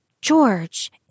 George